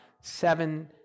seven